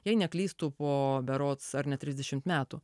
jei neklystu po berods ar net trisdešim metų